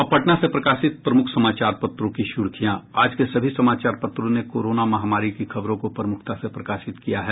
अब पटना से प्रकाशित प्रमुख समाचार पत्रों की सुर्खियां आज के सभी समाचार पत्रों ने कोरोना महामारी की खबरों को प्रमुखता से प्रकाशित किया है